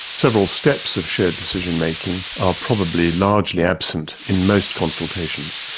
several steps of shared decision making are probably largely absent in most consultations.